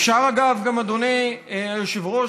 אפשר, אגב, אדוני היושב-ראש,